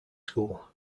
school